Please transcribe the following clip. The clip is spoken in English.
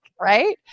Right